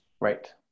Right